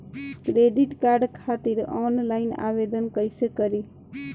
Credit card खातिर online आवेदन कइसे करि?